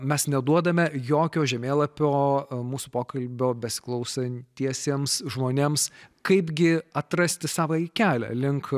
mes neduodame jokio žemėlapio mūsų pokalbio besiklausantiesiems žmonėms kaipgi atrasti savąjį kelią link